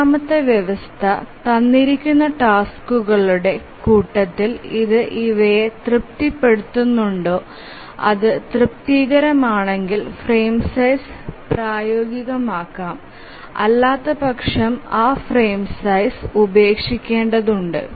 മൂന്നാമത്തെ വ്യവസ്ഥ തന്നിരിക്കുന്ന ടാസ്ക്കുകളുടെ കൂട്ടത്തിൽ ഇത് ഇവയെ തൃപ്തിപ്പെടുത്തുന്നുണ്ടോ അത് തൃപ്തികരമാണെങ്കിൽ ഫ്രെയിം സൈസ് പ്രായോഗികമാക്കാം അല്ലാത്തപക്ഷം ആ ഫ്രെയിം സൈസ് ഉപേക്ഷിക്കേണ്ടതുണ്ട്